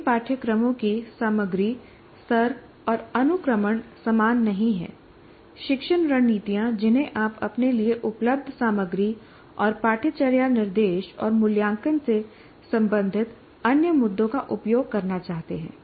सभी पाठ्यक्रमों की सामग्री स्तर और अनुक्रमण समान नहीं हैं शिक्षण रणनीतियाँ जिन्हें आप अपने लिए उपलब्ध सामग्री और पाठ्यचर्या निर्देश और मूल्यांकन से संबंधित अन्य मुद्दों का उपयोग करना चाहते हैं